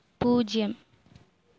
പൂജ്യം